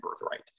birthright